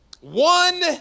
one